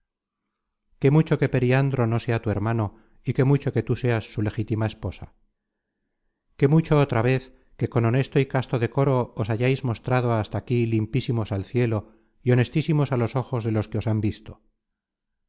qué mucho que periandro no sea tu hermano y qué mucho que tú seas su legítima esposa qué mucho otra vez que con honesto y casto decoro os hayais mostrado hasta aquí limpísimos al cielo y honestísimos á los ojos de los que os han visto